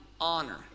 honor